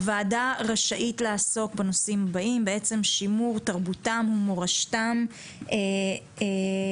הוועדה רשאית לעסוק בנושאים הבאים: שימור תרבותם ומורשתם של